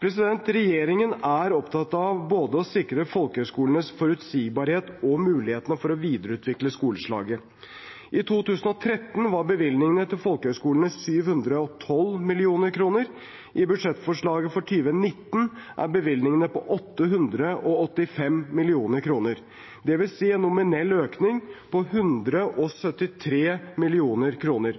Regjeringen er opptatt av både å sikre folkehøyskolenes forutsigbarhet og mulighetene for å videreutvikle skoleslaget. I 2013 var bevilgningen til folkehøyskolene 712 mill. kr. I budsjettforslaget for 2019 er bevilgningen på 885 mill. kr. Det vil si en nominell økning på 173 mill. kr.